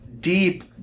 deep